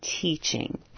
teaching